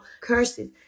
curses